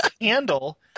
handle